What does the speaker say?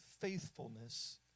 faithfulness